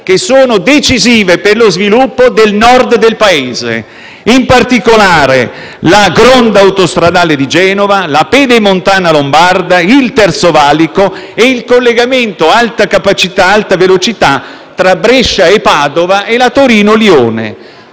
che sono decisive per lo sviluppo del Nord del Paese, in particolare, la Gronda autostradale di Genova, la Pedemontana lombarda, il Terzo valico e il collegamento alta capacità-alta velocità tra Brescia e Padova e la Torino-Lione.